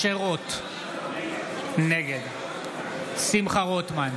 נגד משה רוט, נגד שמחה רוטמן,